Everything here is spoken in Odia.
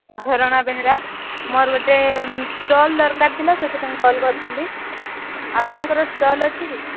ଝରଣା ବେହେରା ମୋର ଗୋଟେ ଷ୍ଟଲ୍ ଦରକାର ଥିଲା ସେଥିପାଇଁ କଲ୍ କରିଥିଲି ଆପଣଙ୍କର ଷ୍ଟଲ୍ ଅଛି କି